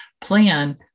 plan